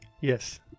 Yes